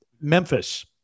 memphis